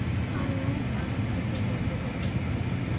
Online form भर के कैसे कर्जा मिली?